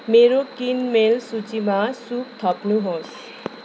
मेरो किनमेल सूचीमा सूप थप्नुहोस्